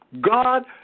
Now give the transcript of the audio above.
God